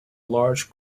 large